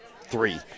three